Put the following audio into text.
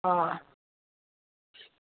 आं